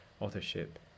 authorship